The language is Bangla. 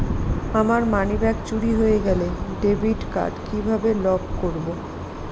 আমার মানিব্যাগ চুরি হয়ে গেলে ডেবিট কার্ড কিভাবে লক করব?